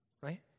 Right